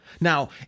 Now